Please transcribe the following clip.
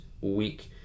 week